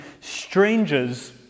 strangers